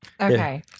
Okay